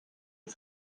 you